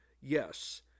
Yes